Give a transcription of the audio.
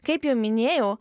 kaip jau minėjau